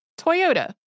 Toyota